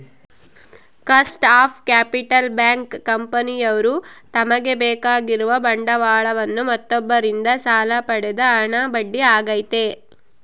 cost of capital bank, ಕಂಪನಿಯವ್ರು ತಮಗೆ ಬೇಕಾಗಿರುವ ಬಂಡವಾಳವನ್ನು ಮತ್ತೊಬ್ಬರಿಂದ ಸಾಲ ಪಡೆದ ಹಣ ಬಡ್ಡಿ ಆಗೈತೆ